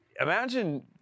Imagine